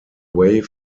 wave